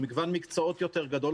ממגוון מקצועות יותר גדול,